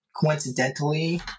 coincidentally